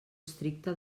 estricta